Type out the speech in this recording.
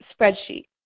spreadsheet